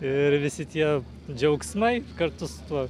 ir visi tie džiaugsmai kartu su tuo